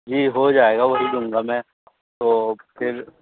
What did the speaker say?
جی ہو جائے گا وہی دوں گا میں تو پھر